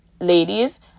ladies